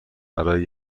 برای